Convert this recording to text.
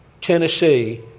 Tennessee